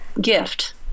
gift